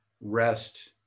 rest